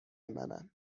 منن